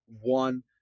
one